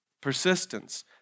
Persistence